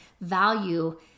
value